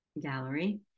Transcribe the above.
gallery